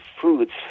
foods